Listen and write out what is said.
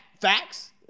facts